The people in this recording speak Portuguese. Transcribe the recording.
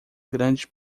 grande